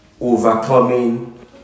overcoming